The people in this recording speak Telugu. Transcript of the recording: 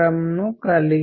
అది సమస్యను సృష్టించగలదు